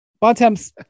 Bontemps